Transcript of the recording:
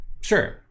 Sure